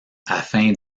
afin